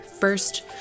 first